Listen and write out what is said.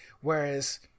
Whereas